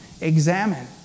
examine